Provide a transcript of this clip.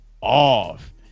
off